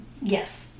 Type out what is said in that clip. Yes